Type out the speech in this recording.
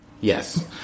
yes